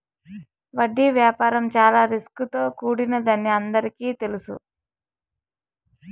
వడ్డీ వ్యాపారం చాలా రిస్క్ తో కూడినదని అందరికీ తెలుసు